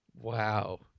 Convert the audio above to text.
Wow